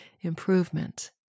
improvement